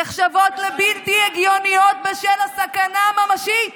נחשבות לבלתי הגיוניות בשל הסכנה הממשית